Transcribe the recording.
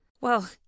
Well